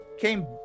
came